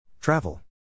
Travel